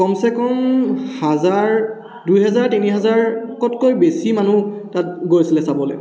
কমচে কম হাজাৰ দুহেজাৰ তিনিহাজাৰতকৈ বেছি মানুহ তাত গৈছিলে চাবলৈ